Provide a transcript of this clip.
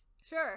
Sure